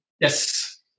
Yes